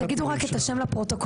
תגידו רק את השם לפרוטוקול.